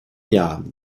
jahren